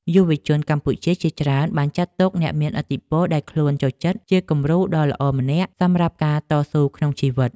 យុវជនកម្ពុជាជាច្រើនបានចាត់ទុកអ្នកមានឥទ្ធិពលដែលខ្លួនចូលចិត្តជាគំរូដ៏ល្អម្នាក់សម្រាប់ការតស៊ូក្នុងជីវិត។